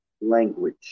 language